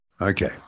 Okay